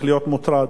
זה במסגרת הבשורות.